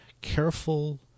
careful